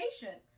patient